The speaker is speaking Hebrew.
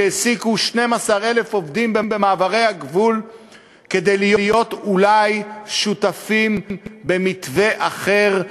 שהעסיקו 12,000 עובדים במעברי הגבול כדי להיות אולי שותפים במתווה אחר,